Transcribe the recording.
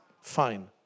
Fine